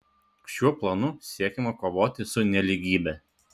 šiuo planu siekiama kovoti su nelygybe